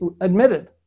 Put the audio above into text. admitted